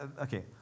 Okay